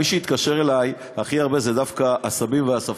מי שהתקשר אלי הכי הרבה הם דווקא הסבים והסבתות,